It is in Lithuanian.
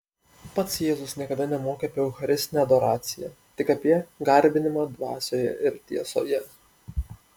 pats jėzus niekada nemokė apie eucharistinę adoraciją tik apie garbinimą dvasioje ir tiesoje